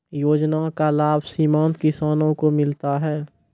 योजना का लाभ सीमांत किसानों को मिलता हैं?